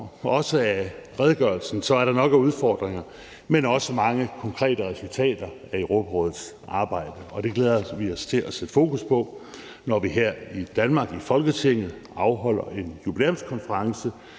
af redegørelsen, er der nok af udfordringer, men også mange konkrete resultater af Europarådets arbejde, og det glæder vi os til at sætte fokus på, når vi her i Danmark i Folketinget afholder en jubilæumskonference